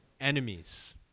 enemies